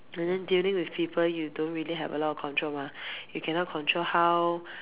and then dealing with people you don't really have a lot of control mah you cannot control how